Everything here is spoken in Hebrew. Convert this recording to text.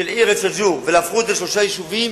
של העיר אל-שגור, שהפכו אותה לשלושה יישובים,